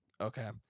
Okay